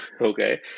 Okay